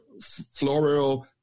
Florio